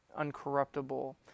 uncorruptible